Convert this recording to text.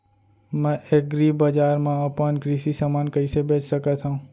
मैं एग्रीबजार मा अपन कृषि समान कइसे बेच सकत हव?